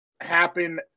happen